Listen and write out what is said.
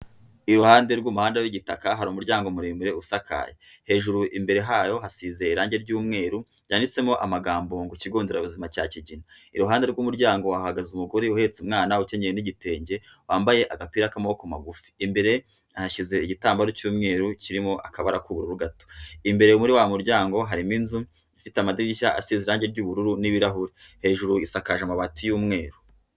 Iruhande rw'umuhanda w'igitaka hari umuryango muremure usakaye. Hejuru imbere hayo hasize irangi ry'umweru ryanditsemo amagambo ngo ikigonderabuzima cya Kigina. Iruhande rw'umuryango hahagaze umugore uhetse umwana ukenyeye n'igitenge, wambaye agapira k'amaboko magufi. Imbere yahashyize igitambaro cy'umweru kirimo akabara k'ubururu gato. Imbere muri wa muryango harimo inzu ifite amadirishya asize irangi ry'ubururu n'ibirahuri. Hejuru isakaje amabati y'umweru.